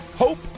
Hope